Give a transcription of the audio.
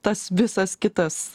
tas visas kitas